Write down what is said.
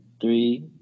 three